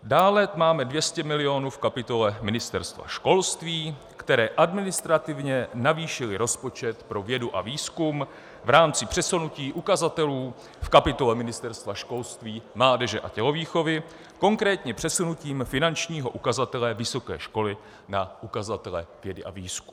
Dále máme 200 milionů v kapitole Ministerstva školství, které administrativně navýšilo rozpočet pro vědu a výzkum v rámci přesunutí ukazatelů v kapitole Ministerstva školství, mládeže a tělovýchovy, konkrétně přesunutím finančního ukazatele vysoké školy na ukazatele vědy a výzkumu.